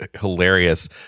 hilarious